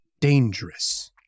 dangerous